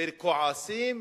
וכועסים